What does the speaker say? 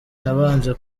nabanje